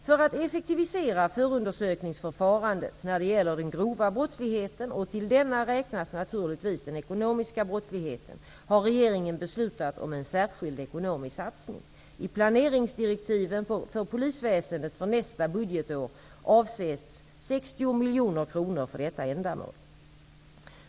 För att effektivisera förundersökningsförfarandet när det gäller den grova brottsligheten, och till denna räknas naturligtvis den ekonomiska brottsligheten, har regeringen beslutat om en särskild ekonomisk satsning. I planeringsdirektiven för polisväsendet för nästa budgetår avsätts 60 miljoner kronor för detta ändamål.